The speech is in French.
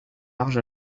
larges